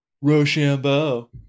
Rochambeau